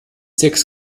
sechs